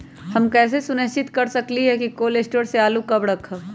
हम कैसे सुनिश्चित कर सकली ह कि कोल शटोर से आलू कब रखब?